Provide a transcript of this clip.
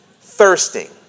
thirsting